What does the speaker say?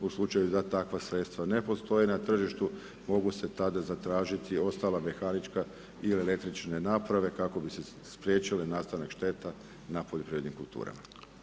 U slučaju da takva sredstva ne postoje na tržištu, mogu se tada zatražiti ostala mehanička i električne naprave kako bi se spriječile nastanak šteta na poljoprivrednim kulturama.